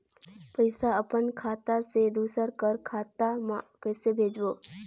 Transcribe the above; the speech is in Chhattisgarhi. पइसा अपन खाता से दूसर कर खाता म कइसे भेजब?